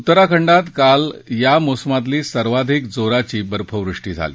उत्तराखंडात काल या मोसमातली सर्वाधिक जोराची बर्फवृष्टी झाली